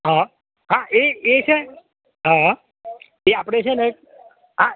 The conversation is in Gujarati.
હા હા એ એ હા એ આપડે છે ને